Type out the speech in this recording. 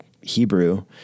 Hebrew